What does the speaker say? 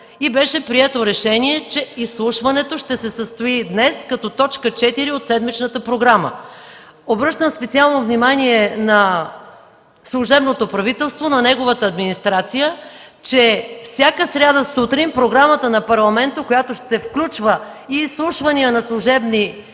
и беше прието решение, че изслушването ще се състои днес като т. 4. Обръщам специално внимание на служебното правителство, на неговата администрация, че всяка сряда сутринта програмата на парламента, която ще включва и изслушвания на служебни министри,